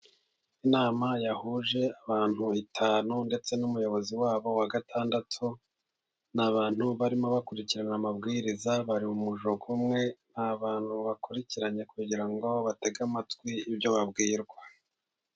Inama yahuje abantu batanu ndetse n'umuyobozi wabo wa gatandatu. Ni abantu barimo bakurikirana amabwiriza bari mu mujyo umwe, ni abantu bakurikiranye kugira ngo batege amatwi ibyo babwirwa.